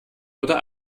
oder